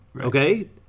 okay